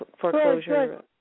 foreclosure